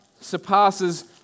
surpasses